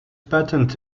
patent